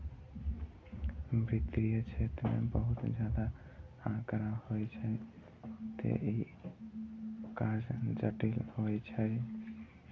वित्तीय क्षेत्र मे बहुत ज्यादा आंकड़ा होइ छै, तें ई काज जटिल होइ छै